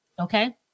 okay